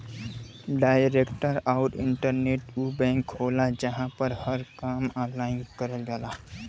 direct आउर internet उ bank होला जहां पर हर काम ऑनलाइन करल जाला